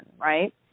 right